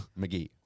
McGee